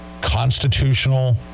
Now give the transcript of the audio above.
Constitutional